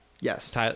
Yes